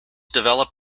develop